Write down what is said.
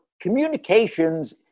communications